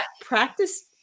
practice